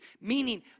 Meaning